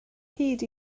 hyd